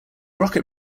rocket